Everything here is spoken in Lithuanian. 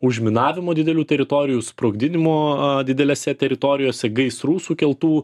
užminavimo didelių teritorijų sprogdinimo didelėse teritorijose gaisrų sukeltų